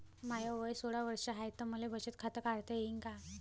माय वय सोळा वर्ष हाय त मले बचत खात काढता येईन का?